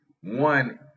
One